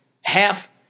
half